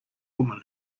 woman